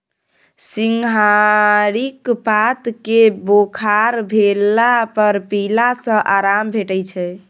सिंहारिक पात केँ बोखार भेला पर पीला सँ आराम भेटै छै